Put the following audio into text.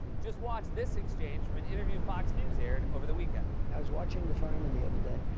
just watch this exchange from an interview fox news aired over the weekend. i was watching the firemen the other day.